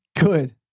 Good